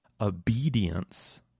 Obedience